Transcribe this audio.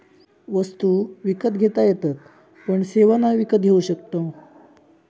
वस्तु विकत घेता येतत पण सेवा नाय विकत घेऊ शकणव